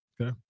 Okay